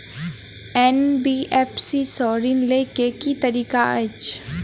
NBFC सँ ऋण लय केँ की तरीका अछि?